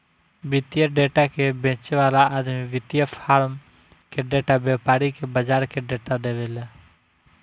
वित्तीय डेटा के बेचे वाला आदमी वित्तीय फार्म के डेटा, व्यापारी के बाजार के डेटा देवेला